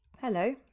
Hello